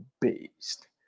based